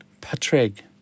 Patrick